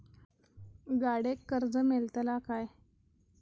गाडयेक कर्ज मेलतला काय?